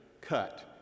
cut